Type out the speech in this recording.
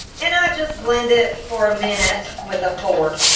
and i just blend it for a minute with a fork